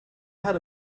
had